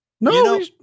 No